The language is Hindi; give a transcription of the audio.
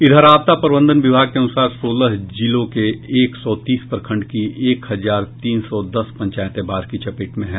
इधर आपदा प्रबंधन विभाग के अनुसार सोलह जिलों के एक सौ तीस प्रखंड की एक हजार तीन सौ दस पंचायतें बाढ़ की चपेट में हैं